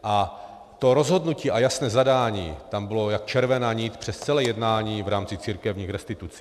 A to rozhodnutí a jasné zadání tam bylo jako červená nit přes celé jednání v rámci církevních restitucí.